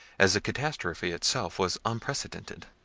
as the catastrophe itself was unprecedented.